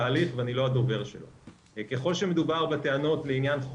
בתמצית שלה הרלוונטית אני חושב שלעניין שהוועדה דנה בו הבוקר,